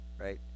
right